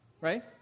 Right